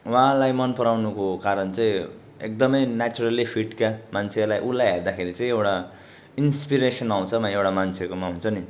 उहाँलाई मनपराउनुको कारण चाहिँ एकदमै नेचुरली फिट क्या मान्छेलाई उसलाई हेर्दाखेरि चाहिँ एउटा इन्सपिरेसन आउँछ मा एउटा मान्छेहरूकोमा हुन्छ नि